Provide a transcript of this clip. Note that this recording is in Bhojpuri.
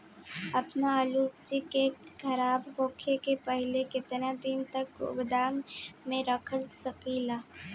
आपन आलू उपज के खराब होखे से पहिले केतन दिन तक गोदाम में रख सकिला?